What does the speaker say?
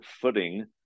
footing